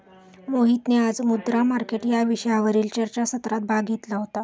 मोहितने आज मुद्रा मार्केट या विषयावरील चर्चासत्रात भाग घेतला होता